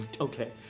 Okay